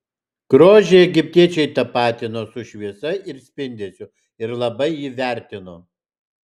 grožį egiptiečiai tapatino su šviesa ir spindesiu ir labai jį vertino